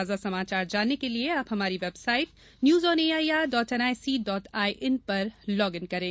ताजा समाचार जानने के लिए आप हमारी website news on A I R dot N I C dot I N पर लॉग इन करें